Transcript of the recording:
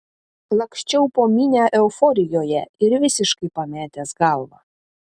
laksčiau po minią euforijoje ir visiškai pametęs galvą